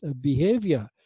behavior